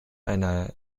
einer